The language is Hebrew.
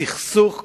בסכסוך כלשהו,